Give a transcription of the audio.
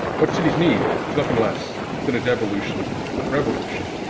what cities need is nothing less than a devolution revolution,